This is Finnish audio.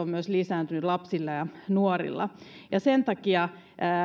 myös lisääntyneet lapsilla ja nuorilla ja sen takia